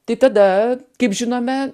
tai tada kaip žinome